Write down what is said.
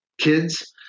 kids